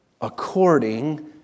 According